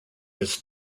his